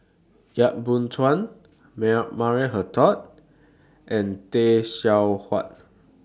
Yap Boon Chuan Maya Maria Hertogh and Tay Seow Huah